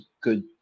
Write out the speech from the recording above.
good